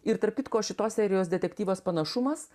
ir tarp kitko šitos serijos detektyvas panašumas